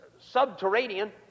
subterranean